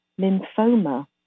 lymphoma